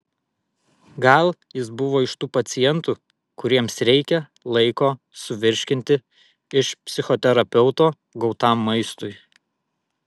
gal jis buvo iš tų pacientų kuriems reikia laiko suvirškinti iš psichoterapeuto gautam maistui